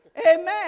Amen